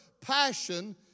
passion